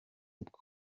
ubwo